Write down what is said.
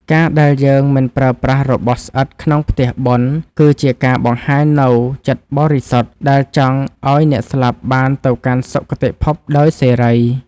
ការដែលយើងមិនប្រើប្រាស់របស់ស្អិតក្នុងផ្ទះបុណ្យ គឺជាការបង្ហាញនូវចិត្តបរិសុទ្ធដែលចង់ឱ្យអ្នកស្លាប់បានទៅកាន់សុគតិភពដោយសេរី។